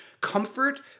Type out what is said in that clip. comfort